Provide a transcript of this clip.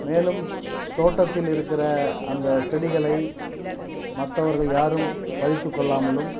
மேலும் தோட்டத்தில் இருக்கிற அந்த செடிகளை மற்றவர்கள் யாரும் பறித்துக் கொள்ளாமலும்